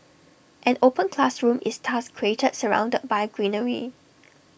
an open classroom is thus created surrounded by greenery